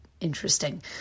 Interesting